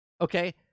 okay